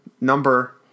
number